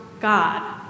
God